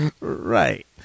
Right